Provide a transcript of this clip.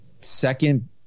second